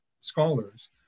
scholars